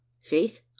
Faith